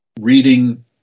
reading